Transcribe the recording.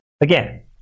again